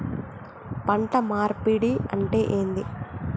పంట మార్పిడి అంటే ఏంది?